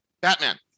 Batman